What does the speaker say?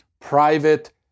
private